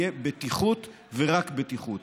יהיה בטיחות ורק בטיחות,